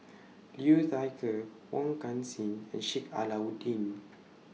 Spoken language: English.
Liu Thai Ker Wong Kan Seng and Sheik Alau'ddin